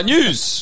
News